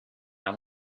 how